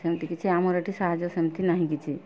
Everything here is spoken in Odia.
ସେମିତି କିଛି ଆମର ଏଠି ସାହାଯ୍ୟ ସେମିତି ନାହିଁ କିଛି